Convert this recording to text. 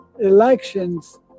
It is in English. elections